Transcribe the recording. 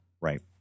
Right